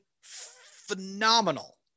phenomenal